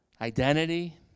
Identity